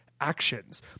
actions